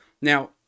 Now